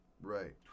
right